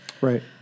Right